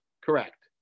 Correct